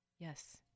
Yes